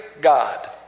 God